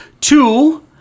Two